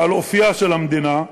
ועל אופייה של המדינה,